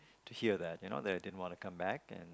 to hear that you know that I didn't wanna come back and